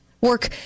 work